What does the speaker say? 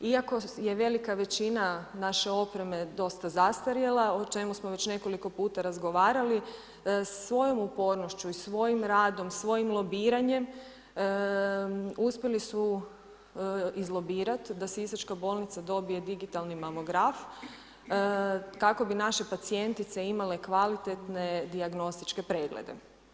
Iako, je velika većina naše opreme dosta zastarjela, o čemu smo već nekoliko puta razgovarali, svojom upornošću i svojim radom, svojim lobiranjem, uspjeli su izlobirat da sisačka bolnica dobije digitalni mamograf, kako bi naše pacijentice imale kvalitetne dijagnostičke preglede.